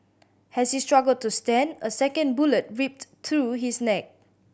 as he struggled to stand a second bullet ripped through his neck